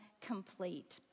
complete